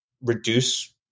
reduce